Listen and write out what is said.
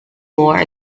more